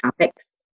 topics